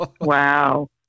Wow